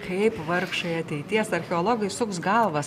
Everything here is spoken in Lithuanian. kaip vargšai ateities archeologai suks galvas